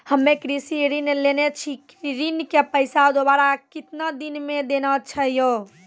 हम्मे कृषि ऋण लेने छी ऋण के पैसा दोबारा कितना दिन मे देना छै यो?